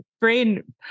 brain